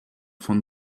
von